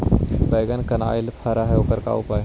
बैगन कनाइल फर है ओकर का उपाय है?